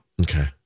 Okay